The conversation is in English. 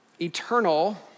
eternal